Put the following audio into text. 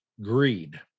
greed